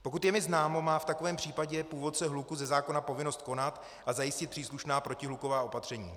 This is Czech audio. Pokud je mi známo, má v takovém případě původce hluku ze zákona povinnost konat a zajistit příslušná protihluková opatření.